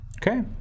Okay